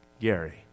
Gary